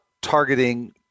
targeting